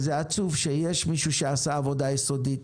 עצוב שיש מי שעשה עבודה יסודית,